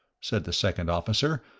said the second officer,